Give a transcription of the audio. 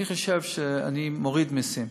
אני חושב שאני מוריד מסים.